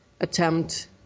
attempt